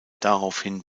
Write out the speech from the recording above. daraufhin